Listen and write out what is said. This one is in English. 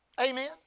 Amen